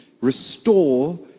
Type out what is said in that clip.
restore